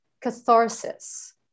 catharsis